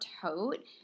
tote